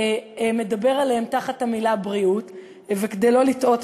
מדבר עליהם תחת המילה "בריאות"; כדי לא לטעות,